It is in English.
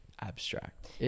abstract